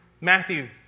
Matthew